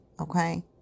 Okay